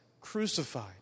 crucified